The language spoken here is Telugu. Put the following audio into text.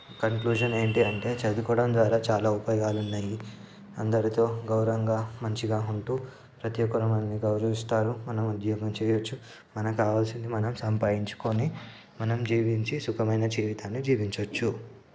కంక్లూషన్ ఏంటి అంటే చదువుకోవడం ద్వారా చాలా ఉపయోగాలు ఉన్నాయి అందరితో గౌరవంగా మంచిగా ఉంటూ ప్రతి ఒక్కరూ మనల్ని గౌరవిస్తారు మనం ఉద్యోగం చేయవచ్చు మనకు కావాల్సింది మనం సంపాదించుకోని మనం జీవించి సుఖమైన జీవితాన్ని జీవించవచ్చు